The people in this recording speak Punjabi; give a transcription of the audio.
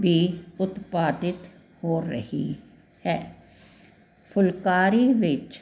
ਵੀ ਉਤਪਾਦਿਤ ਹੋ ਰਹੀ ਹੈ ਫੁਲਕਾਰੀ ਵਿੱਚ